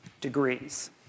degrees